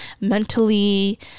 mentally